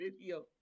video